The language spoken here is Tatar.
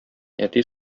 әти